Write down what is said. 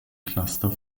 cluster